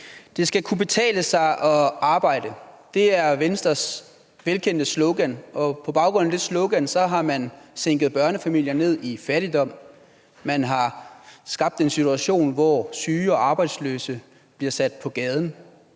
Det skal kunne betale sig at arbejde, det er Venstres velkendte slogan. På baggrund af det slogan har man sænket børnefamilier ned i fattigdom; man har skabt en situation, hvor syge og arbejdsløse bliver sat på gaden;